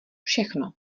všechno